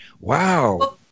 Wow